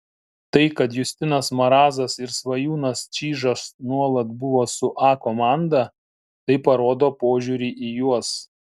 tai kad justinas marazas ir svajūnas čyžas nuolat buvo su a komanda tai parodo požiūrį į juos